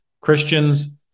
Christians